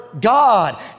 God